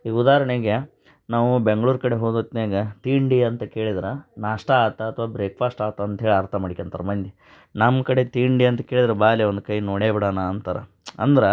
ಈಗ ಉದಾಹರಣೆಗೆ ನಾವು ಬೆಂಗ್ಳೂರು ಕಡೆ ಹೋದ ಹೊತ್ನಾಗ ತಿಂಡಿ ಅಂತ ಕೇಳಿದ್ರೆ ನಾಷ್ಟಾ ಆಯ್ತ ಅಥವಾ ಬ್ರೇಕ್ಫಾಸ್ಟ್ ಆತಾ ಅಂತ ಹೇಳಿ ಅರ್ಥ ಮಾಡ್ಕಂತಾರ್ ಮಂದಿ ನಮ್ಮ ಕಡೆ ತಿಂಡಿ ಅಂತ ಕೇಳಿದರೆ ಬಾ ಲೇ ಒಂದು ಕೈ ನೋಡೇ ಬಿಡಣ ಅಂತಾರೆ ಅಂದ್ರೆ